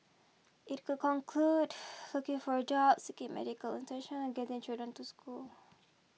it could conclude looking for a job seeking medical attention or getting children to school